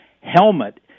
helmet